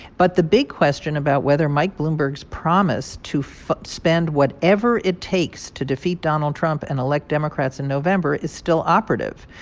but the big question about whether mike bloomberg's promise to spend whatever it takes to defeat donald trump and elect democrats in november is still operative.